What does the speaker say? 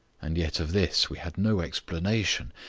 and yet of this we had no explanation.